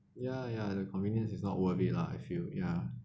ya ya the convenience is not worth it lah I feel ya